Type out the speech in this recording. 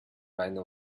rhino